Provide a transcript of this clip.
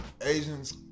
Asians